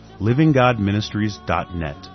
livinggodministries.net